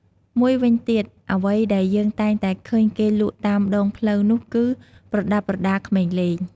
មួយវិញទៀត អ្វីដែលយើងតែងតែឃើញគេលក់តាមដងផ្លូវនោះគឺ ប្រដាប់ប្រដាក្មេងលេង។